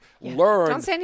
learn